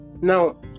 now